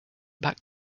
back